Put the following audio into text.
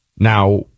Now